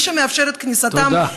מי שמאפשר את כניסתם, תודה.